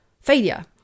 failure